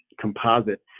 composite